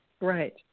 Right